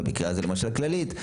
במקרה הזה למשל כללית.